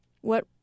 What-